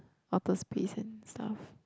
outer space and stuff